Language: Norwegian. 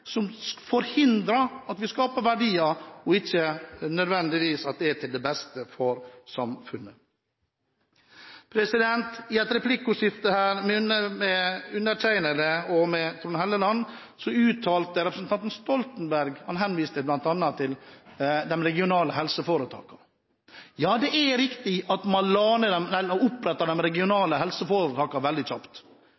skattesystem som forhindrer at vi skaper verdier, og det er ikke nødvendigvis til det beste for samfunnet. I et replikkordskifte med undertegnede og Trond Helleland henviste representanten Stoltenberg bl.a. til de regionale helseforetakene. Ja, det er riktig at man opprettet de regionale helseforetakene veldig kjapt – ja, man trodde iallfall det, for det gikk faktisk ett og